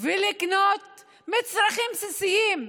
ולקנות מצרכים בסיסיים,